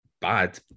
bad